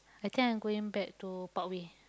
I think I going back to Parkway